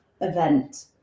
event